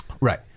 Right